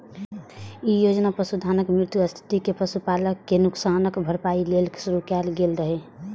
ई योजना पशुधनक मृत्युक स्थिति मे पशुपालक कें नुकसानक भरपाइ लेल शुरू कैल गेल रहै